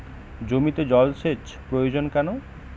জমিতে জল সেচ প্রয়োজন কেন?